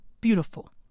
Beautiful